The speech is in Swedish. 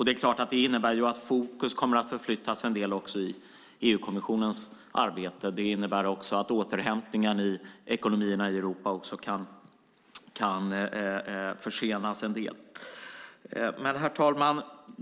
Det är klart att det innebär att fokus kommer att förflyttas en del också i EU-kommissionens arbete. Det innebär också att återhämtningen i ekonomierna i Europa kan försenas en del. Herr talman!